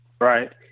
right